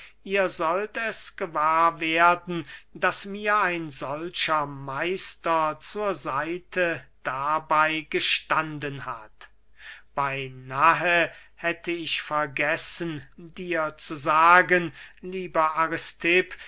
ihr sollt es gewahr werden daß mir ein solcher meister zur seite dabey gestanden hat beynahe hätte ich vergessen dir zu sagen lieber